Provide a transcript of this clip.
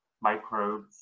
microbes